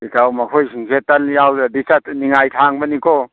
ꯏꯇꯥꯎ ꯃꯈꯣꯏꯁꯤꯡꯁꯦ ꯇꯜ ꯌꯥꯎꯗꯗꯤ ꯅꯤꯡꯉꯥꯏ ꯊꯥꯡꯕꯅꯤꯀꯣ